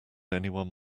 anyone